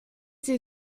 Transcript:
sie